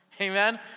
Amen